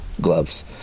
Gloves